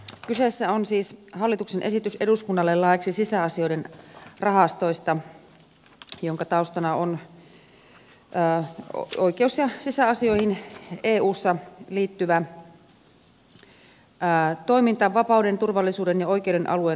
kyseessä on siis hallituksen esitys eduskunnalle laiksi sisäasioiden rahastoista ja sen taustana on oikeus ja sisäasioihin eussa liittyvä toiminta vapauden turvallisuuden ja oikeuden alueen vahvistamiseksi